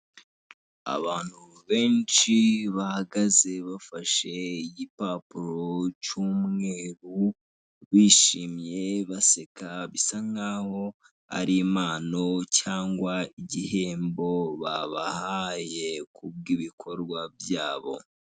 Abantu benshi bahagaze bafashe igipapuro cy'umweru bishimye baseka bisa nk'aho ari impano cyangwa igihembo babahaye kubwibikorwa by'abo.